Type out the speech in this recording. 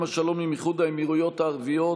השלום עם איחוד האמירויות הערביות,